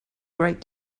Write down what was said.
great